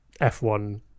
F1